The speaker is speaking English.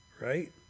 Right